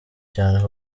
cyane